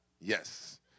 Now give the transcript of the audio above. Yes